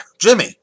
Jimmy